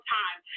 time